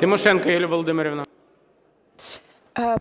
Тимошенко Юлія Володимирівна. 10:58:12 ТИМОШЕНКО Ю.В.